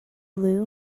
loo